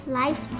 life